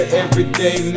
everyday